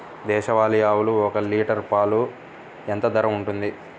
దేశవాలి ఆవులు ఒక్క లీటర్ పాలు ఎంత ధర ఉంటుంది?